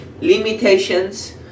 limitations